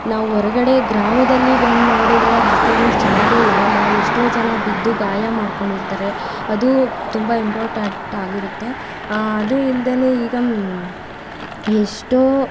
ನಾವು ಹೊರಗಡೆ ಗ್ರಾಮದಲ್ಲಿ ಬಂದು ನೋಡಿದರೆ ರಸ್ತೆಗಳು ಚೆನ್ನಾಗಿಯೇ ಇರೋಲ್ಲ ಎಷ್ಟೋ ಜನ ಬಿದ್ದು ಗಾಯ ಮಾಡಿಕೊಂಡಿರ್ತಾರೆ ಅದು ತುಂಬ ಇಂಪಾರ್ಟೆಂಟಾಗಿರುತ್ತೆ ಅದು ಇಲ್ಲದೇನೆ ಈಗ ಎಷ್ಟೋ